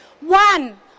One